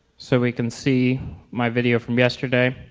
so we can see my video from yesterday.